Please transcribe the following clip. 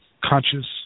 conscious